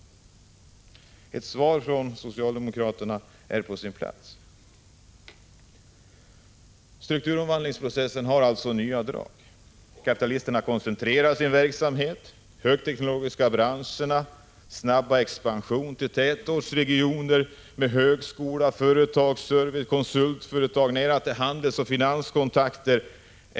Ett svar från socialdemokraterna vore på sin plats. Strukturomvandlingsprocessen har alltså nya drag. Kapitalisterna koncentrerar sin verksamhet till de högteknologiska branscherna, med en snabb expansion i tätortsregioner med högskolor, företagsservice, konsultföretag och nära till handelsoch finanskontakter.